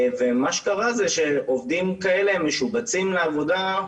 ומה שקרה הוא שעובדים כאלה משובצים לעבודה,